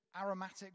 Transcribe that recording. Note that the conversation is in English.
Aromatic